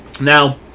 Now